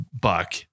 buck